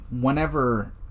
whenever